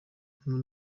kumwe